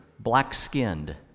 Black-skinned